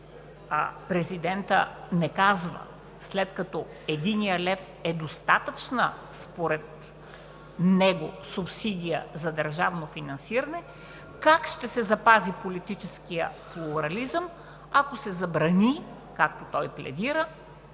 президентът не казва, след като единият лев е достатъчна според него субсидия за държавно финансиране, как ще се запази политическият плурализъм, ако се забрани, както той пледира,